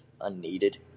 unneeded